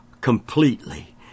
completely